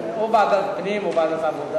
או ועדת הפנים או ועדת העבודה.